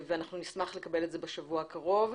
אנחנו נשמח לקבל את ההתייחסות בשבוע הקרוב.